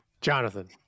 Jonathan